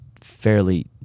fairly